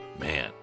Man